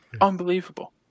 unbelievable